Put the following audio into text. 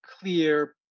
clear